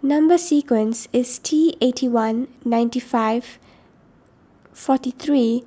Number Sequence is T eight one nine five forty three